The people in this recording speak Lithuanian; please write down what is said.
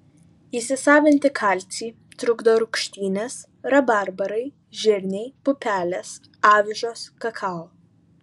įsisavinti kalcį trukdo rūgštynės rabarbarai žirniai pupelės avižos kakao